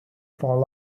fall